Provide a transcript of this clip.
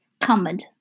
comment